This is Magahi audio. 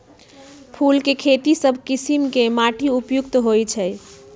फूल के खेती सभ किशिम के माटी उपयुक्त होइ छइ